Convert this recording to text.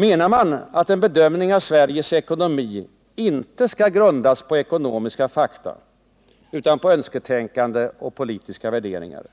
Menar man att en bedömning av Sveriges ekonomi inte skall grundas på ekonomiska fakta utan på önsketänkande och politiska värderingar?